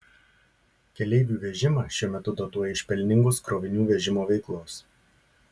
keleivių vežimą šiuo metu dotuoja iš pelningos krovinių vežimo veiklos